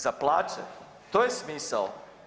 Za plaće, to je smisao.